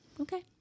Okay